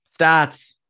Stats